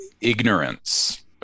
Ignorance